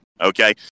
Okay